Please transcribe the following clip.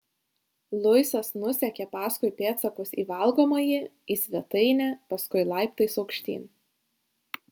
luisas nusekė paskui pėdsakus į valgomąjį į svetainę paskui laiptais aukštyn